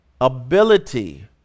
ability